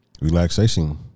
Relaxation